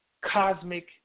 cosmic